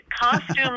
costumes